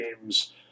games